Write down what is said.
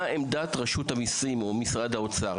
מה עמדת רשות המיסים או משרד האוצר?